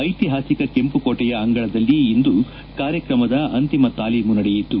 ಐತಿಹಾಸಿಕ ಕೆಂಪುಕೋಟೆಯ ಅಂಗಳದಲ್ಲಿ ಇಂದು ಕಾರ್ತ್ರಮದ ಅಂತಿಮ ತಾಲೀಮು ನಡೆಯಿತು